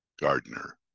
Gardner